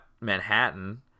Manhattan